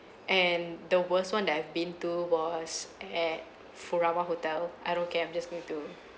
and the worst one that I've been to was at furama hotel I don't care I'm just going to